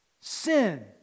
sin